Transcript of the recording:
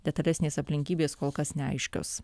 detalesnės aplinkybės kol kas neaiškios